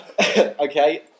Okay